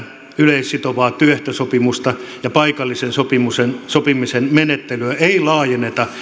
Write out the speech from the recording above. yleissitovaa työehtosopimusta ja paikallisen sopimisen sopimisen menettelyä ei laajenneta